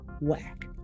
whack